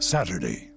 Saturday